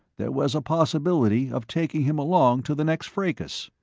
there was a possibility of taking him along to the next fracas.